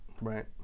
Right